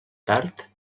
tard